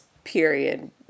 period